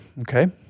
Okay